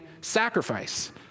sacrifice